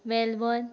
Melbourne